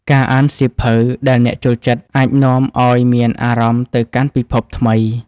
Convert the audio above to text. ការអានសៀវភៅដែលអ្នកចូលចិត្ត អាចនាំឲ្យមានអារម្មណ៍ទៅកាន់ពិភពថ្មី។